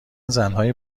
زنهای